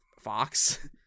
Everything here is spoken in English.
fox